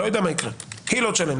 אני לא יודע מה יקרה אבל היא לא תשלם.